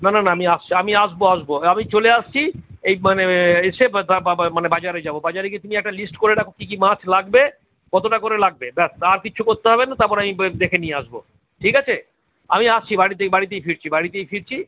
না না না আমি আসছি আমি আসবো আসবো আমি চলে আসছি এই মানে এসে বা বা বা বা মানে বাজারে যাবো বাজারে গিয়ে তুমি একটা লিস্ট করে রাখো কী কী মাছ লাগবে কতোটা করে লাগবে ব্যাস আর কিচ্ছু করতে হবে না তারপরে আমি বে দেখে নিয়ে আসবো ঠিক আছে আমি আসছি বাড়িতেই বাড়িতেই ফিরছি বাড়িতেই ফিরছি